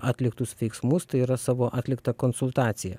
atliktus veiksmus tai yra savo atliktą konsultaciją